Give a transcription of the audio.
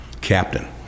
captain